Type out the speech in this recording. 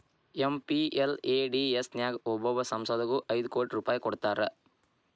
MPLADS ನ್ಯಾಗ ಒಬ್ಬೊಬ್ಬ ಸಂಸದಗು ಐದು ಕೋಟಿ ರೂಪಾಯ್ ಕೊಡ್ತಾರಾ